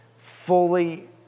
fully